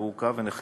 הוא עוכב ונחקר